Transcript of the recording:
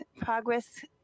progress